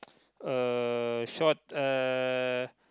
a short uh